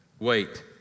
Wait